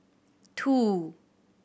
two